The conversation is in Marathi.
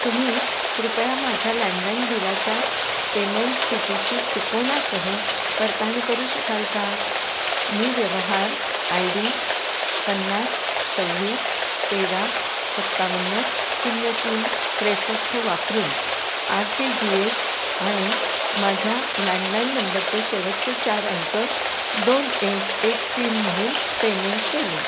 तुम्ही कृपया माझ्या लँडलाईन बिलाच्या पेमेंट स्थितीची तिकोनासह पडताळणी करू शकाल का मी व्यवहार आय डी पन्नास सव्वीस तेरा सत्तावन्न शून्य तीन त्रेसष्ट वापरून आर टी जी एस आणि माझ्या लँडलाईन नंबरचे शेवटच चार अंक दोन एक एक तीन म्हणून पेमेंट केले